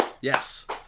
Yes